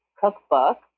cookbook